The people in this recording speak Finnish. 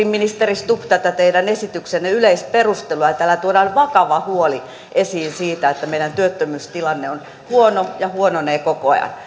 ministeri stubb tätä teidän esityksenne yleisperustelua ja täällä tuodaan esiin vakava huoli siitä että meidän työttömyystilanteemme on huono ja huononee koko ajan tässä on